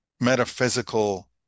metaphysical